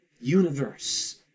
universe